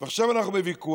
עכשיו אנחנו בוויכוח,